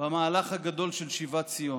במהלך הגדול של שיבת ציון.